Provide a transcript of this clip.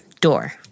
door